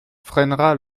freinera